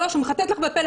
3 הוא מחטט לך בטלפון,